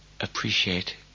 appreciate